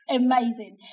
amazing